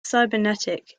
cybernetic